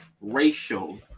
racial